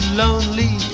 lonely